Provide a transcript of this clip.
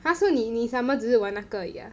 !huh! so 你你 summer 只是玩那个而已 ah